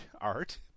art